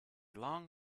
long